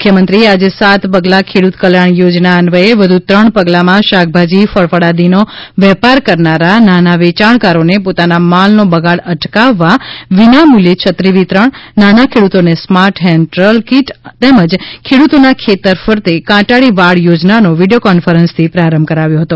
મુખ્યમંત્રીએ આજે સાત પગલાં ખેડૂત કલ્યાણ યોજના અન્વયે વધુ ત્રણ પગલાંમાં શાકભાજી ફળફળાદીનો વેપાર કરનારા નાના વેચાણકારોને પોતાના માલનો બગાડ અટકાવવા વિનામૂલ્યે છત્રી વિતરણ નાના ખેડૂતોને સ્માર્ટ હેન્ડ ટૂલ કીટ તેમજ ખેડ્રતોના ખેતર ફરતે કાંટાળી વાડ યોજનાઓનો વીડિયો કોન્ફરન્સથી પ્રારંભ કરાવ્યો હતો